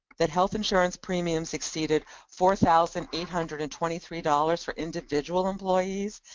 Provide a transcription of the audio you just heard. that health insurance premiums exceeded four thousand eight hundred and twenty three dollars for individual employees,